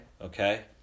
Okay